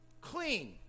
clean